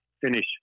finish